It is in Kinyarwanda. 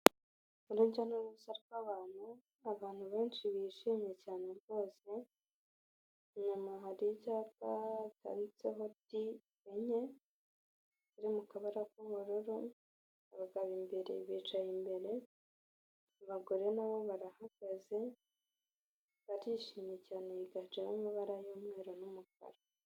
Urujya n'uruza rw'abantu benshi bishimye cyane rwose, inyuma hari icyapa cyanditse T enye ziri mu kabara k'ubururu, abagabo imbere bicaye imbere, abagore na bo barahagaze barishimye cyane biganjemo amabara y'umweru n'umukara.